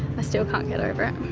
i still can't get over it.